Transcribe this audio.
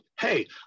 hey